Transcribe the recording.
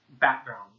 background